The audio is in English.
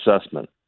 assessment